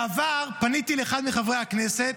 בעבר פניתי לאחד מחברי הכנסת,